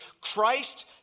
Christ